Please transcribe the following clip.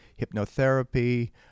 hypnotherapy